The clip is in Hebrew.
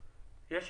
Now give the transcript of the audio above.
ברגע